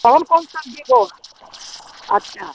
कौन कौन सब्ज़ी दो अच्छा